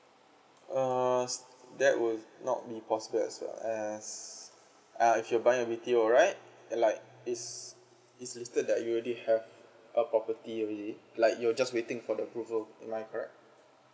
uh that would not be possible as well as uh if you buy a B_T_O right like is is listed that you already have a property already like you're just waiting for the approval am I correct